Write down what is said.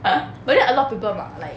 but then a lot of people ma~ like